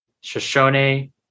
Shoshone